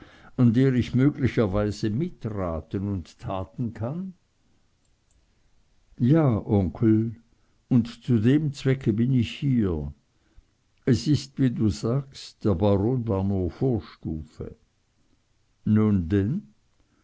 an der ich möglicherweise mit raten und taten kann ja onkel und zu dem zwecke bin ich hier es ist wie du sagst der baron war nur vorstufe nun denn